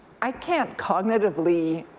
i can't cognitively